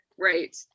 right